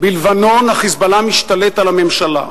בלבנון ה"חיזבאללה" משתלט על הממשלה,